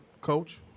Coach